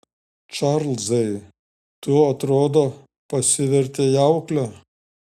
čarlzai tu atrodo pasivertei aukle